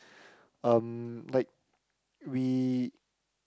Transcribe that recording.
um like we